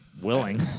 Willing